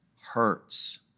hurts